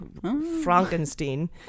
Frankenstein